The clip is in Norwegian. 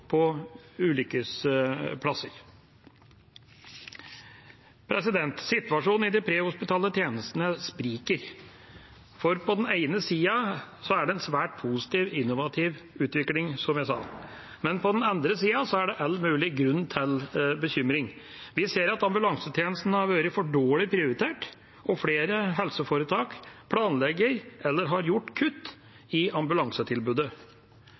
Situasjonen i de prehospitale tjenestene spriker. På den ene siden er det en svært positiv, innovativ utvikling, som jeg sa, men på den andre siden er det all mulig grunn til bekymring. Vi ser at ambulansetjenesten har vært for dårlig prioritert, og flere helseforetak planlegger eller har gjort kutt i ambulansetilbudet.